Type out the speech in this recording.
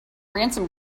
ransom